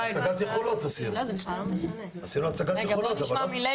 עשינו הצגת יכולות, אבל לא עשינו מכרז.